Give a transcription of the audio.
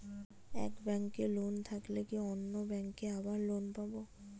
এক ব্যাঙ্কে লোন থাকলে কি অন্য ব্যাঙ্কে আবার লোন পাব?